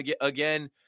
again